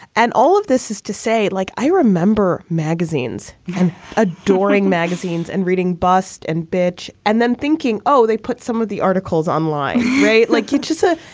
and all of this is to say, like i remember magazines and adoring magazines and reading bust and bitch and then thinking, oh, they put some of the articles online. right. like you just ah